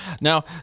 Now